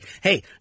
Hey